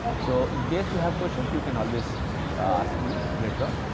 so, in case you have questions you can always ask me later on.